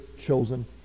chosen